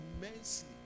immensely